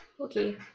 Okay